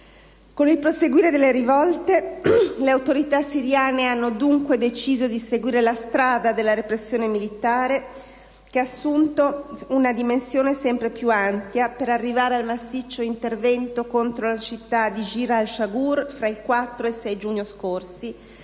Con il proseguire delle rivolte, le autorità siriane hanno deciso di seguire la strada della repressione militare, che ha assunto una dimensione sempre più ampia fino ad arrivare al massiccio intervento contro la città di Jisr al-Shagour fra il 4 ed il 6 giugno scorsi,